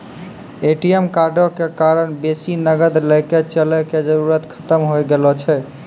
ATM कार्डो के कारण बेसी नगद लैके चलै के जरुरत खतम होय गेलो छै